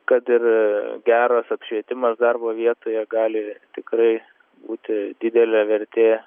kad ir geras apšvietimas darbo vietoje gali tikrai būti didelė vertė